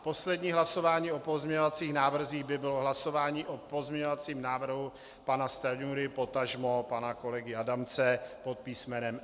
Poslední hlasování o pozměňovacích návrzích by bylo hlasování o pozměňovacím návrhu pana Stanjury, potažmo pana kolegy Adamce pod písmenem E.